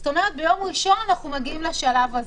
זאת אומרת, ביום ראשון נגיע לשלב הזה.